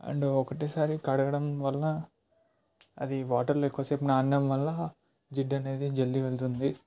and ఒకటేసారి కడగడం వల్ల అది వాటర్లో ఎక్కువ సేపు నానడం వల్ల జిడ్డు అనేది జల్దీ వెళ్తుంది